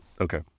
okay